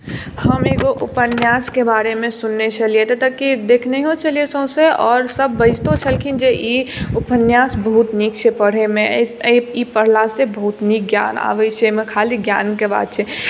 हम एगो उपन्यासकेँ बारेमे सुनने छलियै तऽ कि देखनेयो छलियै सौंसे और सब बाजितो छलखिन जे ई उपन्यास बहुत नीक छै पढैमे ई पढलासे बहुत नीक ज्ञान आबै छै एहिमे खाली ज्ञानकेँ बात छै